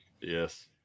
Yes